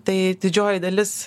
tai didžioji dalis